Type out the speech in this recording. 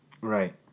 Right